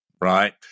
right